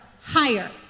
higher